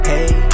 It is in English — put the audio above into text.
Hey